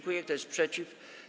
Kto jest przeciw?